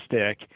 stick